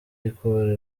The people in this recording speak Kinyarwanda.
ikura